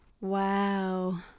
wow